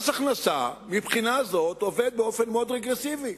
מבחינה זאת, מס הכנסה עובד באופן מאוד רגרסיבי.